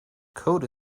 code